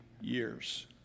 years